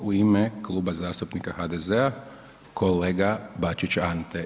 U ime Kluba zastupnika HDZ-a kolega Bačić Ante.